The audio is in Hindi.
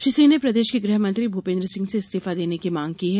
श्री सिंह ने प्रदेश के गृह मंत्री भूपेन्द्र सिंह से इस्तीफा देने की मांग की है